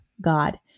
God